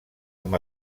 amb